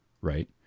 Right